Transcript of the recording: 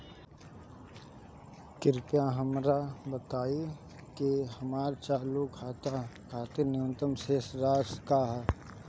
कृपया हमरा बताइं कि हमर चालू खाता खातिर न्यूनतम शेष राशि का ह